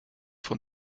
von